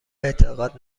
اعتقاد